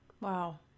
Wow